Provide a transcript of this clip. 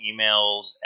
emails